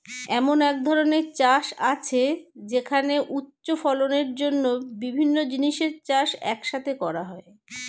এমন এক ধরনের চাষ আছে যেখানে উচ্চ ফলনের জন্য বিভিন্ন জিনিসের চাষ এক সাথে করা হয়